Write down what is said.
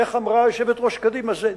איך אמרה יושבת-ראש קדימה, זה נפלא.